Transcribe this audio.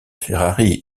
ferrari